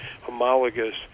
homologous